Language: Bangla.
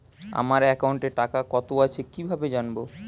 আমার একাউন্টে টাকা কত আছে কি ভাবে জানবো?